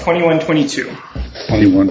twenty one twenty two twenty one